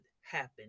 happen